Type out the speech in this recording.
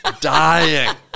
dying